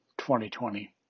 2020